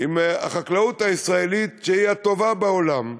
עם החקלאות הישראלית, שהיא הטובה בעולם.